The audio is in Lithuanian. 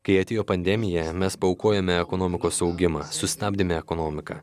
kai atėjo pandemija mes paaukojome ekonomikos augimą sustabdėme ekonomiką